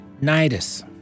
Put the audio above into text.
Nidus